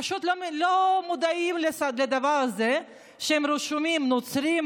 הם פשוט לא מודעים לדבר הזה שהם רשומים כנוצרים,